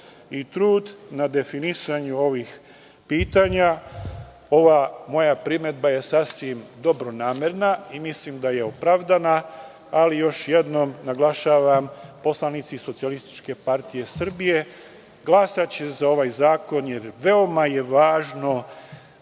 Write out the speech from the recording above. i trud na definisanju ovih pitanja. Ova moja primedba je sasvim dobronamerna i mislim da je opravdana ali, još jednom naglašavam, poslanici SPS glasaće za ovaj zakon jer veoma je važno,